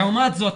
לעומת זאת,